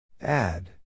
Add